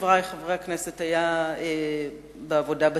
חברי חברי הכנסת,